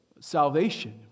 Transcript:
salvation